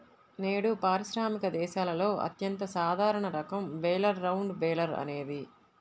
నేడు పారిశ్రామిక దేశాలలో అత్యంత సాధారణ రకం బేలర్ రౌండ్ బేలర్ అనేది